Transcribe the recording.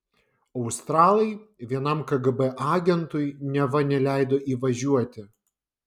australai vienam kgb agentui neva neleido įvažiuoti